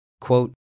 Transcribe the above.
Quote